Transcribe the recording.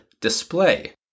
display